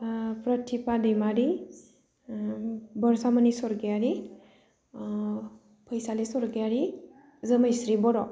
प्रतिभा दैमारि बर्सामनि स्वर्गीयारि फैसालि स्वर्गीयारि जोमैस्रि बर'